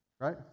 right